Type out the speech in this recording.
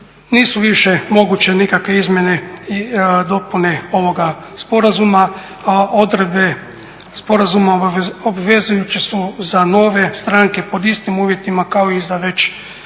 Nisu više moguće nikakve izmjene i dopune ovoga sporazuma. Odredbe sporazuma obvezujuće su za nove stranke pod istim uvjetima kao i za već